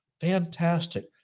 Fantastic